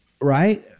right